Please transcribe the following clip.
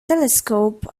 telescope